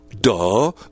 Duh